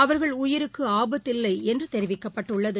அவர்கள் உயிருக்குஆபத்தில்லைஎன்றுதெரிவிக்கப்பட்டுள்ளது